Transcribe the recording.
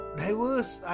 diverse